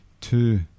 Two